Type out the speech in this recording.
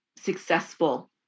successful